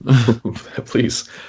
Please